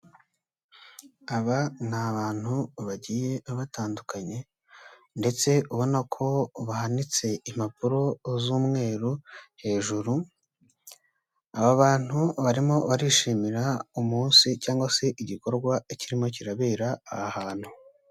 Aba ni abantu, bagiye batandukanye. Ndetse ubona ko bahanitse impapuro z'umweru hejuru, aba bantu barimo barishimira umunsi, cyangwa se igikorwa kirimo kirabera aha hantu.